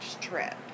trip